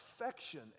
affection